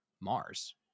Mars